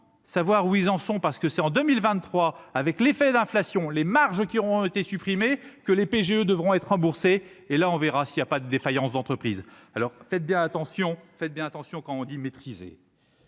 savoir où ils en sont, parce que c'est en 2023 avec l'effet d'inflation, les marges qui auront été supprimés, que les PGE devront être remboursés, et là on verra s'il y a pas de défaillances d'entreprises. Alors, faites bien attention, faites bien